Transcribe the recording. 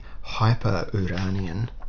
hyper-Uranian